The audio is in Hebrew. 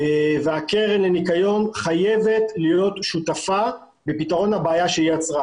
והקרן לנקיון חייבת להיות שותפה בפתרון הבעיה שהיא יצרה.